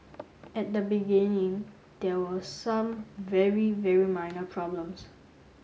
at the beginning there were some very very minor problems